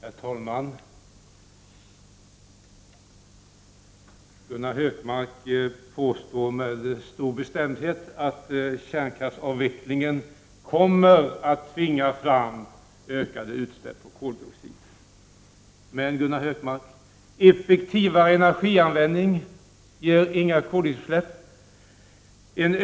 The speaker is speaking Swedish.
Herr talman! Gunnar Hökmark påstår med stor bestämdhet att kärnkraftsavvecklingen kommer att tvinga fram ökade utsläpp av koldioxid. Men, Gunnar Hökmark, effektivare energianvändning ger inga koldioxidutsläpp.